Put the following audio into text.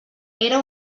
era